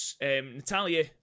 Natalia